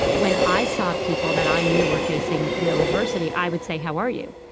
when i saw people that i knew were facing real adversity, i would say, how are you?